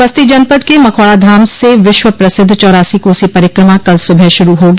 बस्ती जनपद के मखौड़ा धाम से विश्व प्रसिद्ध चौरासी कोसी परिक्रमा कल सुबह शुरू होगी